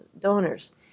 donors